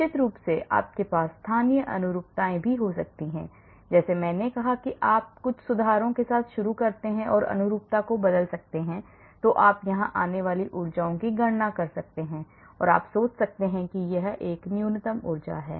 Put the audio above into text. निश्चित रूप से आपके पास स्थानीय अनुरूपताएँ भी हो सकती हैं जैसे मैंने कहा कि यदि आप कुछ सुधारों के साथ शुरू करते हैं और अनुरूपता को बदलते रहते हैं तो आप यहाँ आने वाली ऊर्जाओं की गणना कर सकते हैं और आप सोच सकते हैं कि यह न्यूनतम ऊर्जा है